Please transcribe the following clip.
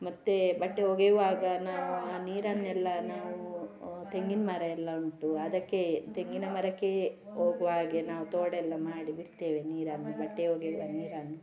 ಮತ್ತೇ ಬಟ್ಟೆ ಒಗೆಯುವಾಗ ನಾವು ಆ ನೀರನ್ನೆಲ್ಲ ನಾವು ತೆಂಗಿನ ಮರ ಎಲ್ಲ ಉಂಟು ಅದಕ್ಕೆ ತೆಂಗಿನ ಮರಕ್ಕೆ ಹೋಗುವಾಗೆ ನಾವು ತೋಡು ಎಲ್ಲ ಮಾಡಿ ಬಿಡ್ತೇವೆ ನೀರನ್ನು ಬಟ್ಟೆ ಒಗೆಯುವ ನೀರನ್ನು